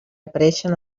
apareixen